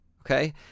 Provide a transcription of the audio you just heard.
Okay